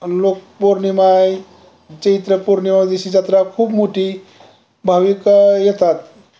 लोकपौर्णिमा आहे चैत्रपौर्णिमा दिवशी जत्रा खूप मोठी भाविक येतात